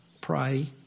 pray